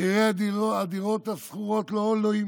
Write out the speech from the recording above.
מחירי הדירות השכורות לא עולים.